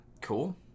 Cool